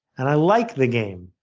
and i like the game.